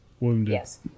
Yes